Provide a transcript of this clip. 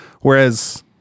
Whereas